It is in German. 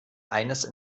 eines